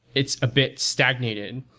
it's a big stagnated,